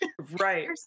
Right